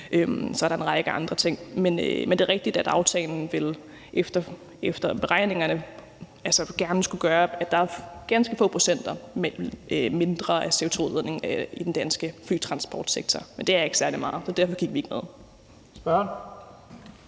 Så er der også en række andre ting. Men det er rigtigt, at aftalen efter beregningerne gerne skulle gøre, at der er ganske få procent mindre CO2-udledning i den danske flytransportsektor. Men det er ikke særlig meget, så derfor gik vi ikke med i den.